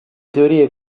teorie